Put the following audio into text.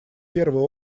первый